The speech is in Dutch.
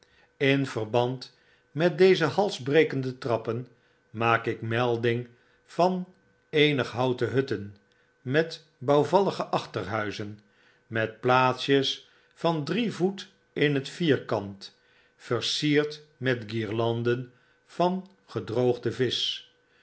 in verband met deze halsbrekende trappen maak ik melding van eenige houten hutten met bouwvallige achterhuizen met plaatsjes van drie voet in t vierkant versierd met guirlanden van gedroogde viscb